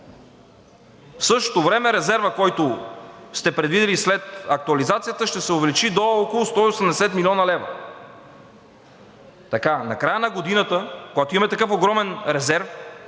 В същото време резервът, който сте предвидили след актуализацията, ще се увеличи до около 180 млн. лв. Накрая на годината, когато имаме такъв огромен резерв,